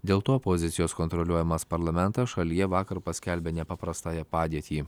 dėl to opozicijos kontroliuojamas parlamentas šalyje vakar paskelbė nepaprastąją padėtį